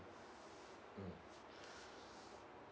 mm